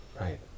Right